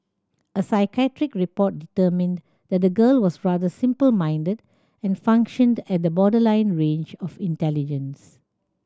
a psychiatric report determined that the girl was rather simple minded and functioned at the borderline range of intelligence